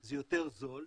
זה יותר זול,